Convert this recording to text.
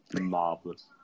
Marvelous